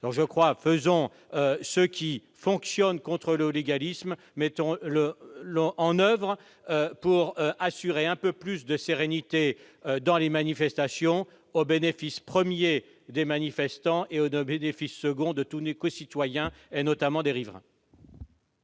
en oeuvre ce qui fonctionne contre le hooliganisme pour assurer un peu plus de sérénité dans les manifestations, au bénéfice premier des manifestants et au bénéfice second de tous nos concitoyens, notamment des riverains.